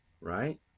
right